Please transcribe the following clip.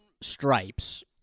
stripes